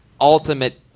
ultimate